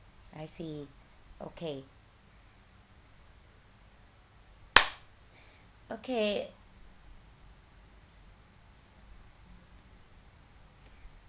I see okay okay